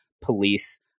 police